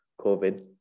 COVID